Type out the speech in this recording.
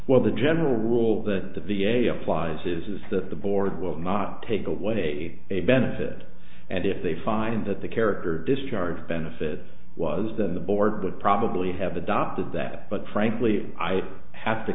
well the general rule that the v a applies is that the board will not take away a benefit and if they find that the character discharge benefits was then the board would probably have adopted that but frankly i would have to